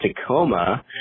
Tacoma